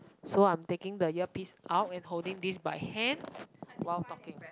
so I'm taking the earpiece out and holding this by hand while talking